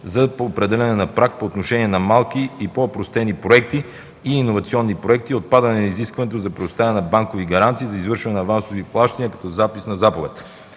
за определяне на праг по отношение на малки и по-опростени проекти и иновационни проекти, отпадане на изискването за предоставяне на банкови гаранции за извършване на авансови плащания като запис на заповед.